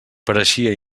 pareixia